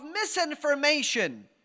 misinformation